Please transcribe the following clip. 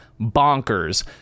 bonkers